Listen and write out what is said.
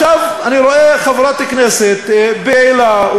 ועכשיו אני רואה חברת כנסת פעילה,